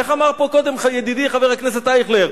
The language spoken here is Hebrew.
איך אמר פה קודם ידידי חבר הכנסת אייכלר?